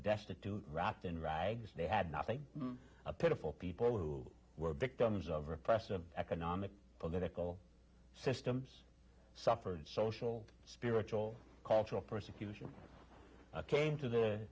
destitute wrapped in rags they had nothing a pitiful people who were victims of repressive economic political systems suffered social spiritual cultural persecution came to the